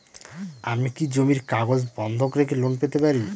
আমি কি জমির কাগজ বন্ধক রেখে লোন পেতে পারি?